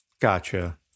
Gotcha